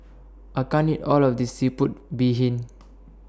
I can't eat All of This Seafood Bee Hoon